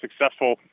successful